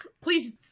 please